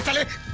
look